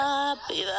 Happy